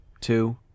two